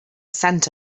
scent